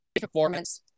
performance